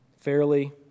fairly